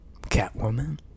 Catwoman